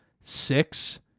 six